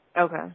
Okay